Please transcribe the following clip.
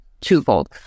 twofold